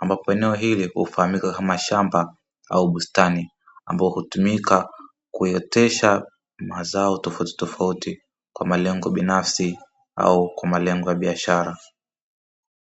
ambao eneo hili ufahamika kama shamba, au bustani ambayo hutumika kuotesha mazao tofautitofauti kwa malengo binafsi au kwa malengo ya biashara.